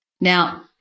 Now